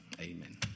amen